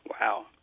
Wow